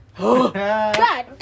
God